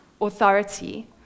authority